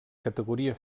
categoria